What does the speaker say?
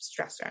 stressor